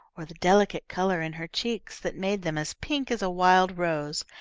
or the delicate colour in her cheeks that made them as pink as a wild rose,